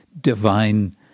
divine